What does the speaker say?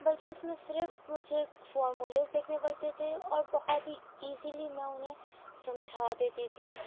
بلکہ اس میں صرف مجھے فارمولیز دیکھنے پڑتے تھے اور بہت ہی ایزلی میں انہیں سمجھا دیتی تھی